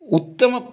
उत्तमम्